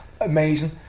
Amazing